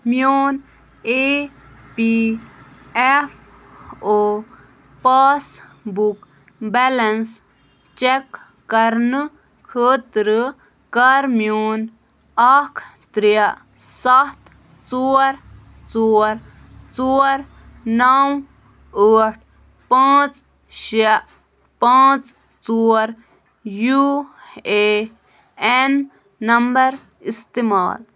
میون A P F O passbook balance check کرنہٕ خٲطرٕ کر میون اکھ ترٛےٚ سَتھ ژور ژور ژور نو ٲٹھ پانٛژھ شےٚ پانژھ ژور یوٗ اے این نمبر استعمال